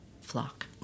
flock